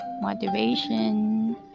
motivation